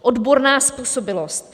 Odborná způsobilost.